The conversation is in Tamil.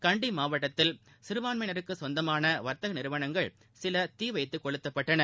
கண்டி மாவட்டத்தில் சிறபான்மையினருக்குச் சொந்தமான வர்த்தக நிறுவனங்கள் சில தீ வைத்து கொளுத்தப்பட்டன